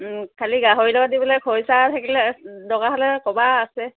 খালী গাহৰি লগত দবলে খৰিচা থাকিলে দৰকাৰ হ'লে ক'বা আছে